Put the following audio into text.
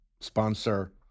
sponsor